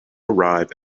arrive